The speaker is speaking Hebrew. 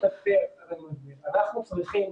אנחנו צריכים,